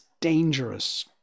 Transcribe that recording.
dangerous